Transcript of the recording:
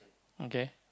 okay